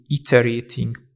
iterating